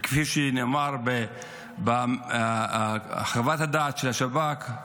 כפי שנאמר בחוות הדעת של השב"כ,